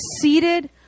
seated